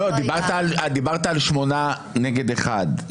דיברת על שמונה נגד אחד,